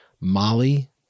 Molly